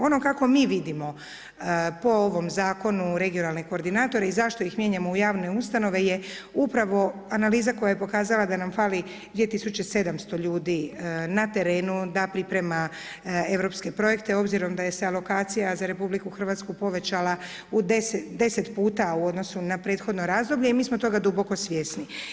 Ono kako mi vidimo po ovom zakonu regionalne koordinatore i zašto ih mijenjamo u javne ustanove je upravo analiza koja je pokazala da nam fali 2700 ljudi na terenu da priprema europske projekte obzirom da je sa alokalcija za Republiku Hrvatsku povećala 10 puta u odnosu na prethodno razdoblje i mi smo toga duboko svjesni.